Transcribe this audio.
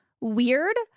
weird